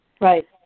Right